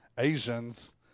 Asians